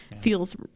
Feels